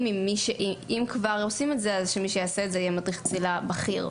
אם מי שיעשה את זה יהיה מדריך צלילה בכיר.